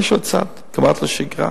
יש עוד צעד כמעט לשגרה.